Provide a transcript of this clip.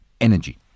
energy